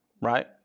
right